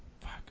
Fuck